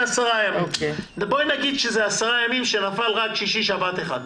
ימים, ויש בהם רק סוף שבוע אחד.